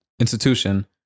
institution